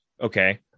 okay